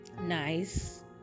nice